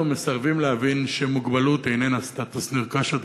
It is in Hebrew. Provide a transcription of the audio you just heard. אנחנו מסרבים להבין שמוגבלות איננה סטטוס נרכש,